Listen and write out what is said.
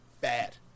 bad